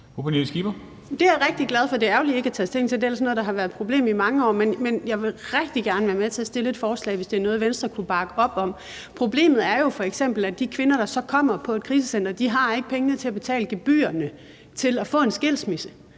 Det er jeg rigtig glad for. Det er ærgerligt, I ikke har taget stilling til det. Det er ellers noget, der har været et problem i mange år, men jeg vil rigtig gerne være med til at fremsætte et forslag, hvis det er noget, Venstre kunne bakke op om. Problemet er jo f.eks., at de kvinder, der så kommer på et krisecenter, ikke har pengene til at betale gebyrerne til at få en skilsmisse,